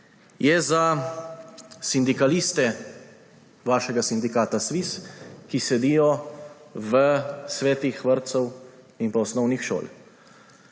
Je za sindikaliste vašega sindikata SVIZ, ki sedijo v svetih vrtcev in osnovnih šol.